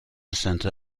center